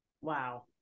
Wow